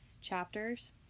chapters